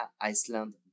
Iceland